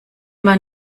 man